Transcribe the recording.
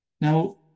Now